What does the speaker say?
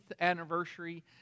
anniversary